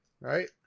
right